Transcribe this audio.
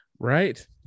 Right